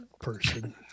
person